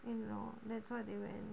you know that's what they want